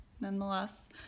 nonetheless